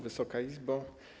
Wysoka Izbo!